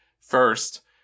First